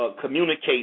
communicate